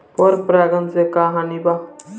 पर परागण से का हानि बा?